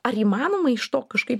ar įmanoma iš to kažkaip